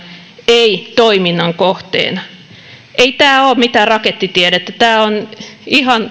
ei toiminnan kohteena ei tämä ole mitään rakettitiedettä nämä ovat ihan